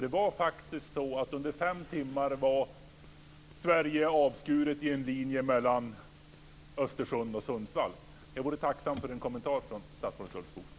Det var faktiskt så att Sverige under fem timmar var avskuret i en linje mellan Östersund och Sundsvall. Jag vore tacksam för en kommentar från statsrådet Ulvskog.